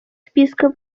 списка